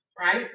right